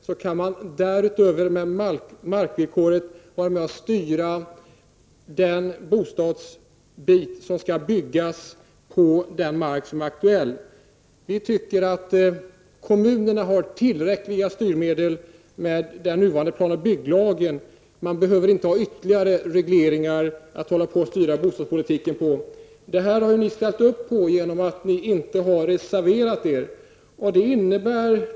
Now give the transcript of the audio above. Med markvillkoret kan man styra vilka bostäder som skall byggas på den mark som är aktuell. Vi anser att den nuvarande plan och bygglagen ger kommunerna tillräckliga styrmedel, och det behövs inte ytterligare regleringar för att styra bostadspolitiken. Detta har ni ställt upp på genom att ni inte reserverat er.